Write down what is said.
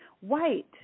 white